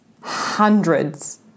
hundreds